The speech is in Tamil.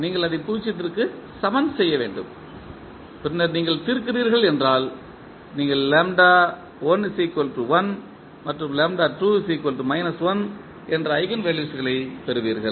நீங்கள் அதை 0 க்கு சமன் செய்ய வேண்டும் பின்னர் நீங்கள் தீர்க்கிறீர்கள் என்றால் நீங்கள் என்ற ஈஜென்வெல்யூஸ்களைப் பெறுவீர்கள்